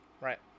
Right